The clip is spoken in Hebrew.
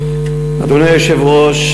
אדוני היושב-ראש,